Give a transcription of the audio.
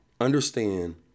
Understand